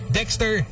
Dexter